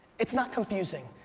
it's not confusing.